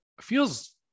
feels